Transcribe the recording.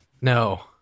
No